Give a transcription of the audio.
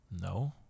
No